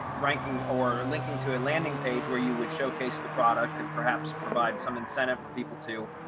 ranking or linking to a landing page where you would showcase the product and perhaps provide some incentive for people to